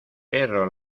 perro